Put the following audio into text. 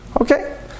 Okay